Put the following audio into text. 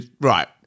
right